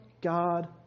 God